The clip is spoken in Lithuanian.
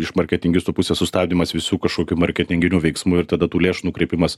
iš marketingistų pusės sustabdymas visų kažkokių marketinginių veiksmų ir tada tų lėšų nukreipimas